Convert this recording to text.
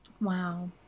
Wow